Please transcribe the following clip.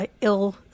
ill